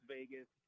Vegas